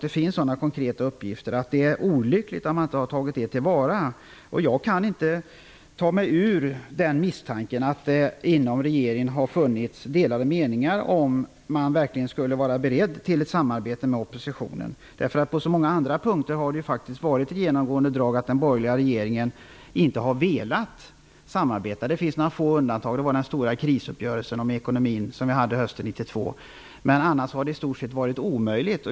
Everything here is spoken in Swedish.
Det finns sådana konkreta uppgifter. Det är olyckligt att man inte har tagit dem till vara. Jag kan inte ta mig ur misstanken att det inom regeringen har funnits delade meningar om man verkligen skulle vara beredd till ett samarbete med oppositionen. Det har faktiskt på många andra punkter varit ett genomgående drag att den borgerliga regeringen inte har velat samarbeta. Det finns några få undantag. Det var den stora krisuppgörelsen om ekonomin som vi hade hösten 1992, men annars har det i stort sett varit omöjligt.